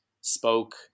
spoke